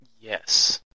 Yes